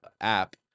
app